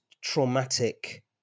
traumatic